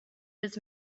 his